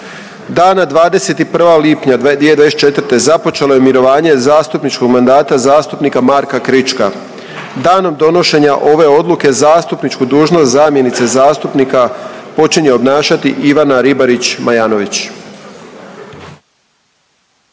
Dana 21. lipnja 2024. započelo je mirovanje zastupničkog mandata zastupnika Marka Krička. Danom donošenja ove odluke zastupničku dužnost zamjenice zastupnika počinje obnašati Ivana Ribarić Majanović.